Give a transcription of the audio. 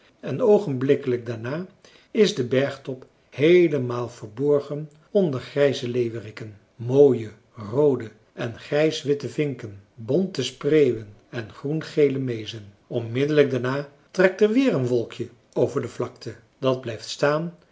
en oogenblikkelijk daarna is de bergtop heelemaal verborgen onder grijze leeuweriken mooie roode en grijs witte vinken bonte spreeuwen en groengele meezen onmiddellijk daarna trekt er weer een wolkje over de vlakte dat blijft staan